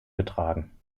getragen